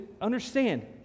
Understand